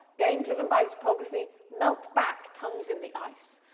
again driven by the topography, melt back tongues in the ice.